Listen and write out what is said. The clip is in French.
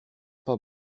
pas